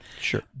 sure